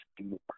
more